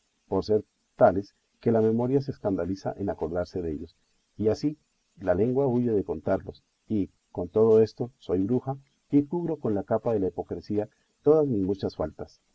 por ser tales que la memoria se escandaliza en acordarse dellos y así la lengua huye de contarlos y con todo esto soy bruja y cubro con la capa de la hipocresía todas mis muchas faltas